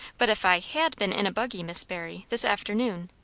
but if i had been in a buggy, miss barry, this afternoon,